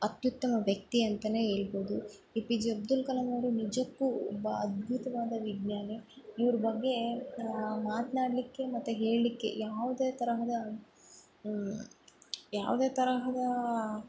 ಅತ್ಯುತ್ತಮ ವ್ಯಕ್ತಿ ಅಂತ ಹೇಳ್ಬೌದು A P J Abdul Kalam ಅವರು ನಿಜಕ್ಕು ಒಬ್ಬ ಅದ್ಬುತವಾದ ವಿಜ್ಞಾನಿ ಇವ್ರ ಬಗ್ಗೆ ಮಾತನಾಡ್ಲಿಕ್ಕೆ ಮತ್ತು ಹೇಳಲಿಕ್ಕೆ ಯಾವುದೇ ತರಹದ ಯಾವುದೇ ತರಹದ